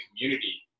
community